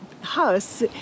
house